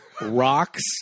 rocks